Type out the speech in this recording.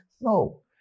No